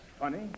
funny